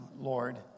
Lord